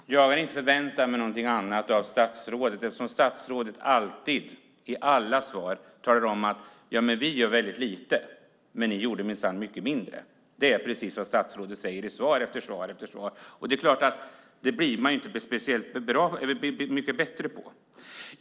Herr talman! Jag hade inte förväntat mig någonting annat av statsrådet eftersom statsrådet alltid i alla svar säger: Vi gör väldigt lite, men ni gjorde minsann mycket mindre. Det är precis vad statsrådet säger i svar efter svar. Det blir man inte speciellt mycket bättre på.